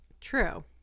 True